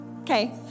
Okay